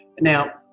Now